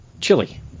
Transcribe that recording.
chili